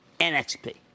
NXP